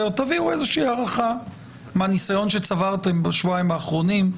תביאו הערכה מהניסיון שצברתם בשבועיים האחרונים.